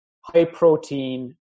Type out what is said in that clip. high-protein –